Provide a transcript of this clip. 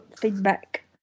feedback